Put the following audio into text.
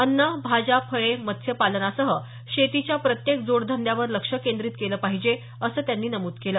अन्न भाज्या फळे मत्स्यपालनासह शेतीच्या प्रत्येक जोडधंद्यावर लक्ष केंद्रीत केलं पाहिजे असं त्यांनी नमूद केलं